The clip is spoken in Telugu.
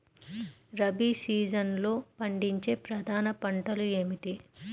రబీ సీజన్లో పండించే ప్రధాన పంటలు ఏమిటీ?